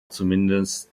zumindest